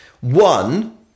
one